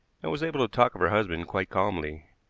and was able to talk of her husband quite calmly.